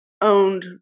owned